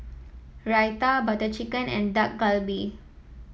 Raita Butter Chicken and Dak Galbi